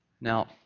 Now